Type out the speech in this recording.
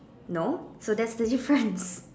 no so that's the difference